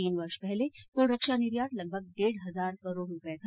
तीन वर्ष पहले कुल रक्षा निर्यात लगभग डेढ़ हजार करोड़ रुपये था